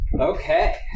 Okay